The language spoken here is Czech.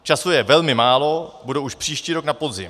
Času je velmi málo, budou už příští rok na podzim.